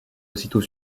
aussitôt